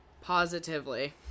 Positively